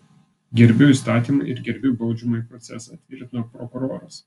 gerbiu įstatymą ir gerbiu baudžiamąjį procesą tvirtino prokuroras